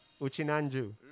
Uchinanju